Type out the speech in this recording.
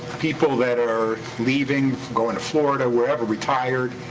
people that are leaving, going to florida, wherever. retired.